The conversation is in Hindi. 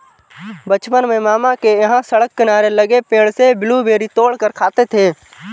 बचपन में मामा के यहां सड़क किनारे लगे पेड़ से ब्लूबेरी तोड़ कर खाते थे